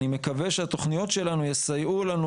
אני מקווה שהתוכניות שלנו יסיעו לנו